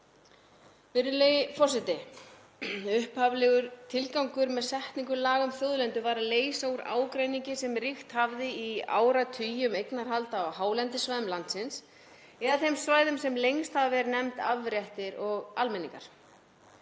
Virðulegi forseti. Upphaflegur tilgangur með setningu laga um þjóðlendur var að leysa úr ágreiningi sem ríkt hafði í áratugi um eignarhald á hálendisvegum landsins eða þau svæði sem lengst hafa verið nefnd afréttir og almenningar.